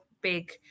big